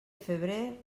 febrer